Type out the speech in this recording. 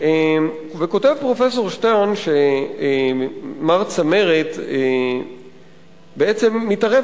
וכותב פרופסור שטרן שמר צמרת בעצם מתערב